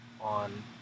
on